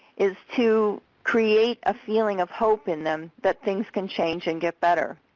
is to create a feeling of hope in them that things can change and get better.